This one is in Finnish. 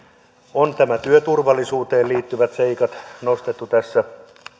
on nämä työturvallisuuteen liittyvät seikat nostettu